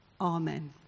Amen